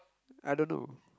I don't know